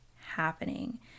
happening